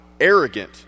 arrogant